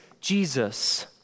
Jesus